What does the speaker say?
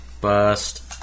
Bust